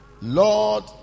Lord